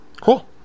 Cool